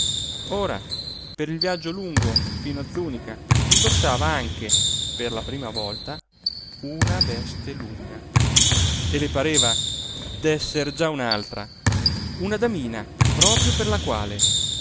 ora per il viaggio lungo fino a zùnica indossava anche per la prima volta una veste lunga e le pareva d'esser già un'altra una damina proprio per la quale